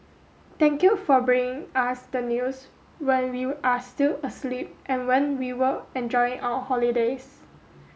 thank you for bringing us the news when we are still asleep and when we were enjoying our holidays